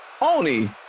Oni